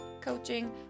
coaching